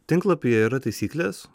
tinklapyje yra taisyklės